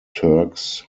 turks